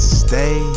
stay